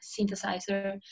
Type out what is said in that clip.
synthesizer